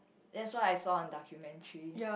that's what I saw on documentary